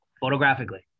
Photographically